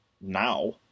now